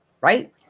right